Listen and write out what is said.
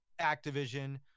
Activision